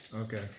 Okay